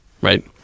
right